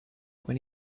when